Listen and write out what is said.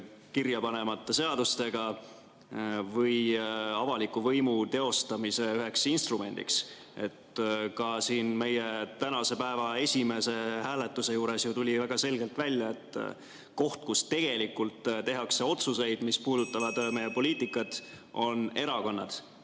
kirja panemata seadustega või avaliku võimu teostamise üheks instrumendiks. Ka siin meie tänase päeva esimese hääletuse juures tuli ju väga selgelt välja, et koht, kus tegelikult tehakse otsuseid, mis puudutavad poliitikat, on erakonnad